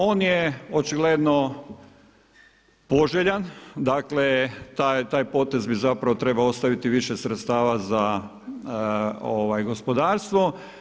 On je očigledno poželjan, dakle taj potez bi zapravo trebao ostaviti više sredstava za gospodarstvo.